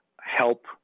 help